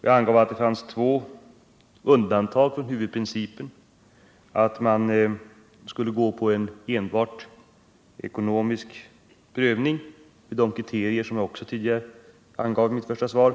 Jag sade att det finns två undantag från huvudprincipen att enbart göra en ekonomisk prövning, och kriterierna nämnde jag redan i mitt första svar.